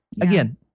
again